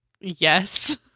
Yes